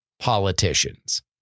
Politicians